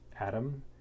Adam